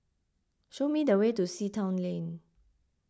show me the way to Sea Town Lane